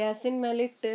ಗ್ಯಾಸಿನ ಮ್ಯಾಲೆ ಇಟ್ಟು